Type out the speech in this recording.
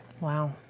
Wow